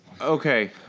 Okay